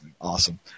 awesome